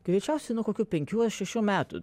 greičiausiai nuo kokių penkių ar šešių metų